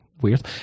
Weird